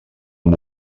amb